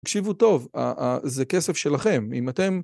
תקשיבו טוב, א א זה כסף שלכם, אם אתם...